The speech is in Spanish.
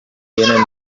tienen